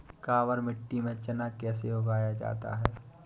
काबर मिट्टी में चना कैसे उगाया जाता है?